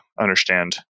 understand